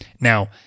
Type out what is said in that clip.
now